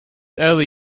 early